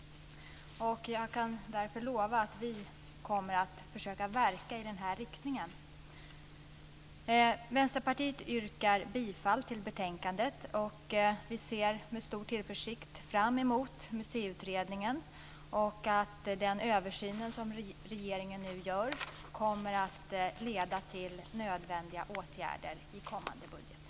Jag kan därför lova att vi kommer att försöka verka i denna riktning. Vänsterpartiet yrkar bifall till hemställan i betänkandet. Vi ser med stor tillförsikt fram emot museiutredningen och att den översyn som regeringen nu gör kommer att leda till nödvändiga åtgärder i kommande budget.